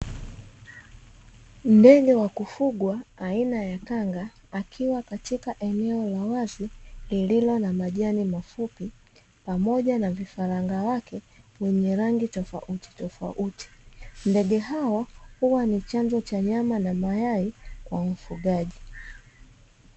Ndege wa kufugwa aina ya kanga akiwa katika eneo la wazi lililo na majani mafupi, pamoja na vifaranga wake wenye rangi tofautitofauti. Ndege hao huwa ni chanzo cha nyama na mayai kwa mfugaji.